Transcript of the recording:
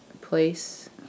place